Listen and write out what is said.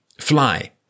fly